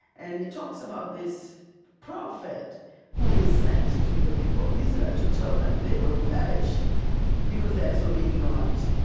and it talks about this prophet who is sent to to the people of israel to tell them they will perish because they are so ignorant.